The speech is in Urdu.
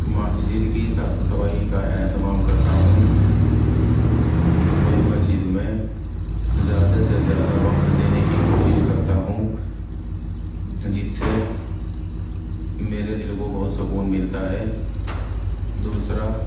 مسجد کی صاف صفائی کا اہتمام کرتا ہوں میں مسجد میں زیادہ سے زیادہ وقت دینے کی کوشش کرتا ہوں جس سے میرے دل کو بہت سکون ملتا ہے دوسرا